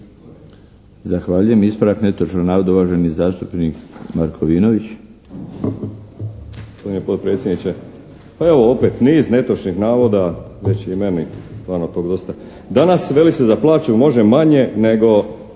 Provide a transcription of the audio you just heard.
Zahvaljujem. Ispravak netočnog navoda, uvaženi zastupnik Markovinović.